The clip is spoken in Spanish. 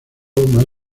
más